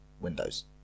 windows